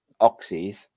oxys